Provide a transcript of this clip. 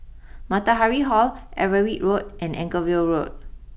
Matahari Hall Everitt Road and Anchorvale Road